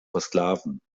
versklaven